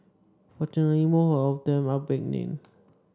fortunately most of them are beginning